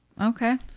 Okay